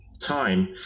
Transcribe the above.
time